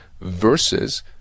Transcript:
versus